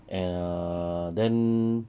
and err then